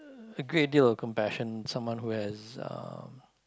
a great deal of compassion someone who has uh